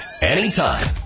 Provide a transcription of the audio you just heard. anytime